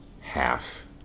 half